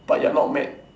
but you're not mad